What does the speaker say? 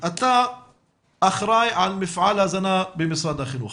11:00 הפעלת מפעל ההזנה לילדים במשבר הקורונה